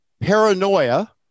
paranoia